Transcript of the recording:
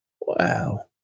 Wow